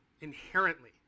inherently